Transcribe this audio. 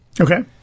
okay